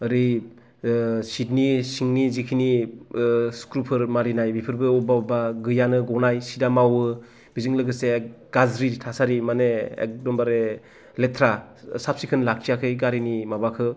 ओरै सिटनि सिंनि जिखिनि स्क्रुफोर मारिनाय बेफोरबो बबेबा बबेबा गैयानो गनाय सिटआ मावो बेजों लोगोसे गाज्रि थासारि माने एकदमबारे लेथ्रा साफ सिखोन लाखियाखै गारिनि माबाखौ